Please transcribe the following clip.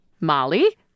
Molly